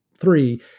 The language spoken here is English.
three